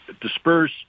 disperse